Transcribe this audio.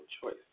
choice